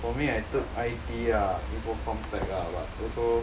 for me I took I_T ah info comm tech ah but also